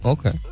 Okay